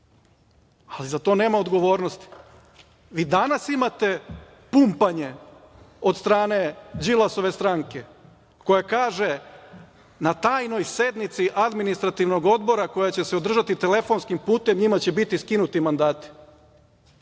a za to nema odgovornosti. Danas imate pumpanje od strane Đilasove stranke koja kaže - na tajnoj sednici Administrativnog odbora, koja će se održati telefonskim putem, njima će biti skinuti mandati.